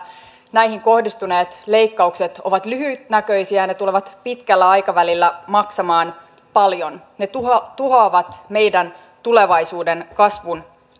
kohdistuneet leikkaukset ovat lyhytnäköisiä ja ne tulevat pitkällä aikavälillä maksamaan paljon ne tuhoavat tuhoavat meidän tulevaisuutemme kasvun